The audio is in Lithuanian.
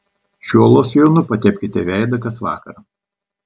šiuo losjonu patepkite veidą kas vakarą